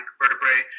vertebrae